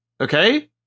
okay